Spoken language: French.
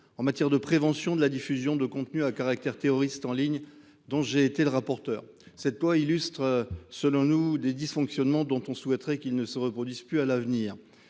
en matière de prévention de la diffusion de contenus à caractère terroriste en ligne dont j'ai été le rapporteur, cette loi illustre selon nous des dysfonctionnements dont on souhaiterait qu'il ne se reproduise plus. À l'avenir,